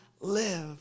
live